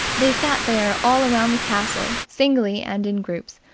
they sat there all round the castle, singly and in groups,